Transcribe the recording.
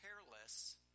careless